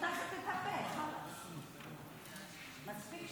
דווקא לפתוח ולומר משהו, מבחינתי